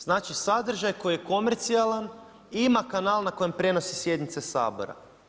Znači sadržaj koji je komercijalan, ima kanal na kojem prenosi sjednice Sabora.